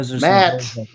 matt